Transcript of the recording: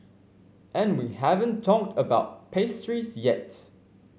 and we haven't talked about pastries yet